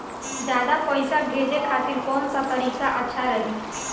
ज्यादा पईसा भेजे खातिर कौन सा तरीका अच्छा रही?